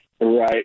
Right